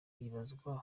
hibazwa